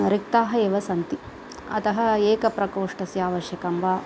रिक्तः एव सन्ति अतः एकः प्रकोष्ठस्य आवश्यकं वा